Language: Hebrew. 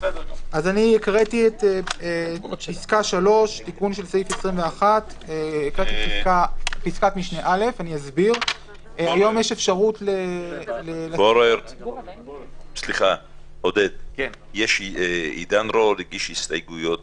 חבר הכנסת עידן רול הגיש הסתייגות כזאת,